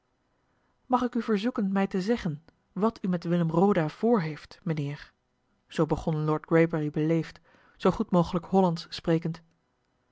mag ik u verzoeken mij te zeggen wat u met willem roda voorheeft mijnheer zoo begon lord greybury beleefd zoo goed mogelijk hollandsch sprekend